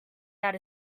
that